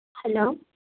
hello